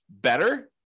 better